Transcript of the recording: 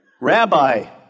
Rabbi